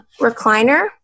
recliner